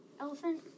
elephant